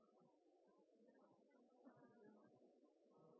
men mange har